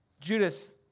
Judas